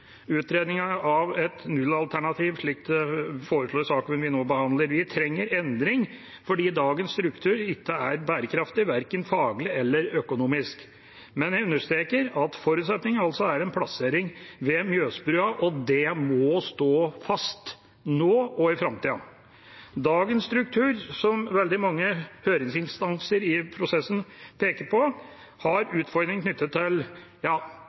av et nullalternativ, slik en foreslår i saken vi nå behandler. Vi trenger endring, fordi dagens struktur ikke er bærekraftig, verken faglig eller økonomisk, men jeg understreker at forutsetningen er en plassering ved Mjøsbrua, og det må stå fast, nå og i framtiden. Dagens struktur, som veldig mange høringsinstanser i prosessen peker på, har utfordringer knyttet til – ja,